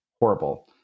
horrible